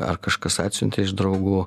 ar kažkas atsiuntė iš draugų